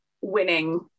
winning